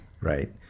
right